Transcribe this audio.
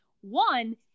one